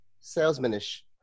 salesman-ish